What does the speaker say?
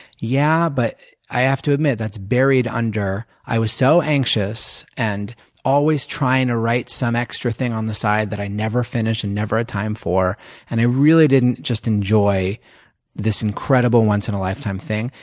yeah, but i have to admit that's buried under i was so anxious and always trying to write some extra thing on the side that i never finished and never had time for and i really didn't just enjoy this incredible, once-in-a-lifetime thing.